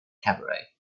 cabaret